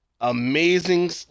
amazing